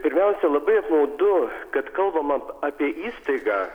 pirmiausia labai apmaudu kad kalbama apie įstaigą